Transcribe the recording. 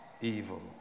evil